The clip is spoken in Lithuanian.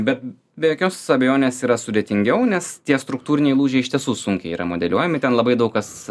bet be jokios abejonės yra sudėtingiau nes tie struktūriniai lūžiai iš tiesų sunkiai yra modeliuojami ten labai daug kas